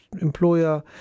employer